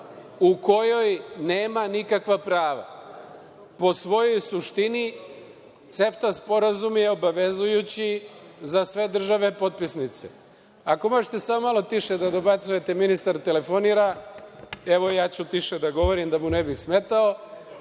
u kojoj nema nikakva prava? Po svojoj suštini, CEFTA sporazum je obavezujući za sve države potpisnice. Ako možete samo malo tiše da dobacujete, ministar telefonira, a evo i ja ću tiše da govorim, da mu ne bih smetao.